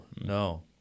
No